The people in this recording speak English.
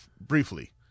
briefly